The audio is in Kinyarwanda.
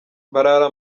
barara